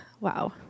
wow